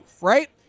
right